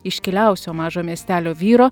iškiliausio mažo miestelio vyro